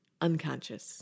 unconscious